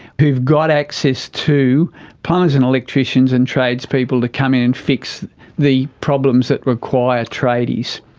who've got access to plumbers and electricians and tradespeople to come in and fix the problems that require tradies.